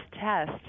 test